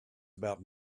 about